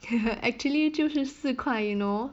actually 就是四块 you know